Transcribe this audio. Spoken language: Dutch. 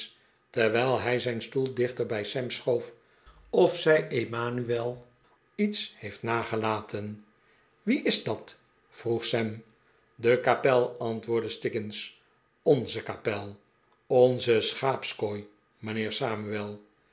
terwijl hij zijn stoel dichter bij sam schoof of zij emanuel iets heeft nagelaten wie is dat vroeg sam de kapel antwoordde stiggins onze kapel onze schaapskooi mijnheer samuel